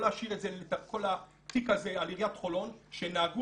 להשאיר את כל התיק הזה על עיריית חולון שנהגו,